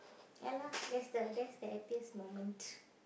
ya lah that's the that's the happiest moment